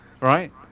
right